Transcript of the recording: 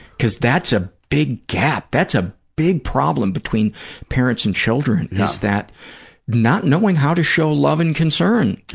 because that's a big gap. that's a big problem between parents and children, is that not knowing how to show love and concern.